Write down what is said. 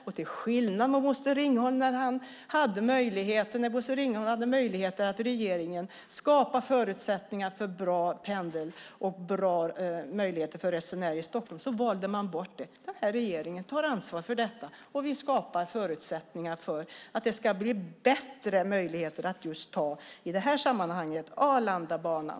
När Bosse Ringholm hade möjligheter att i regeringen skapa förutsättningar för bra pendling och bra möjligheter för resenärer i Stockholm valde man bort det. Den här regeringen tar ansvar för detta, och vi skapar förutsättningar för att det ska bli bättre möjligheter att just i detta sammanhang ta Arlandabanan.